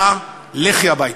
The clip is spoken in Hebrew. ממשלה, לכי הביתה.